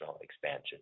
expansion